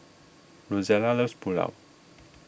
Rozella loves Pulao